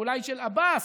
ואולי של עבאס,